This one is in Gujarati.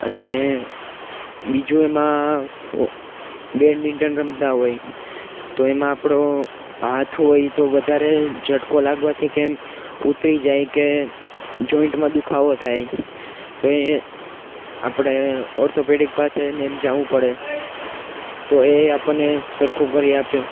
અને બીજું એમાં બેડમિન્ટન રમતા હોય તો એમાં આપણો હાથ હોય તો વધારે ઝટકો લાગવાથી કે એમ ઉતરી જાય કે જોઈન્ટમાં દુખાવો થાય તો એ આપણે ઓર્થોપેડિક પાસેને એમ જાવું પડે તો એ આપને સરખું કરી આપે